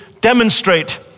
demonstrate